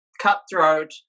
cutthroat